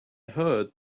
heard